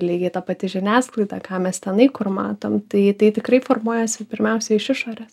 lygiai ta pati žiniasklaida ką mes tenai kur matom tai tai tikrai formuojasi pirmiausia iš išorės